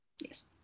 Yes